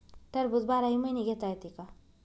टरबूज बाराही महिने घेता येते का?